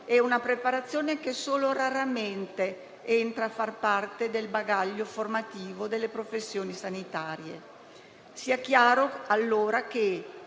una preparazione, che solo raramente entra a far parte del bagaglio formativo delle professioni sanitarie. Sia chiaro allora che,